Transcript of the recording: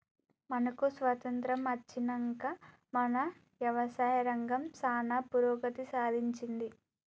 మనకు స్వాతంత్య్రం అచ్చినంక మన యవసాయ రంగం సానా పురోగతి సాధించింది